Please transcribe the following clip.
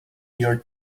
your